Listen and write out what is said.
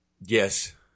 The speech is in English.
Yes